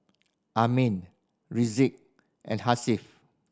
Amrin Rizqi and Hasif